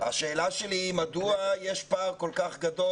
השאלה שלי היא מדוע יש פער כל כך גדול